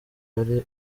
yari